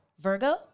Virgo